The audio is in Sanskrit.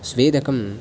स्वेदकं